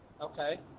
Okay